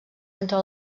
entre